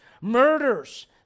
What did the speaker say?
murders